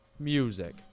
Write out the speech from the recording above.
Music